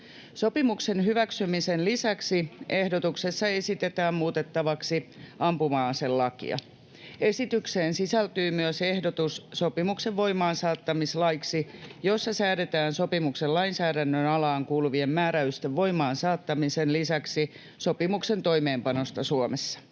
Sopimuksen hyväksymisen lisäksi ehdotuksessa esitetään muutettavaksi ampuma-aselakia. Esitykseen sisältyy myös ehdotus sopimuksen voimaansaattamislaiksi, jossa säädetään sopimuksen lainsäädännön alaan kuuluvien määräysten voimaansaattamisen lisäksi sopimuksen toimeenpanosta Suomessa.